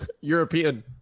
European